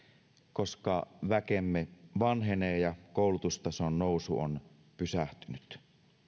koska väkemme vanhenee ja koulutustason nousu on pysähtynyt